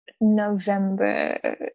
November